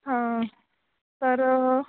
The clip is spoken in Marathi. हां तर